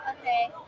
Okay